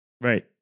Right